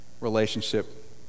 relationship